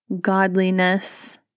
godliness